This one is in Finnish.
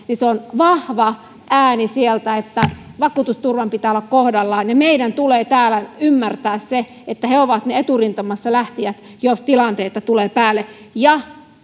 niin se on vahva ääni sieltä että vakuutusturvan pitää olla kohdallaan ja meidän tulee täällä ymmärtää se että he ovat ne eturintamassa lähtijät jos tilanteita tulee päälle ja